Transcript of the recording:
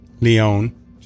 Leon